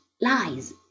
lies